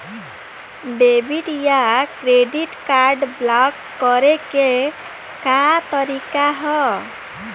Debit या credit card block करे के का तरीका ह?